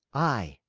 i.